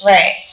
Right